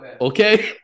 Okay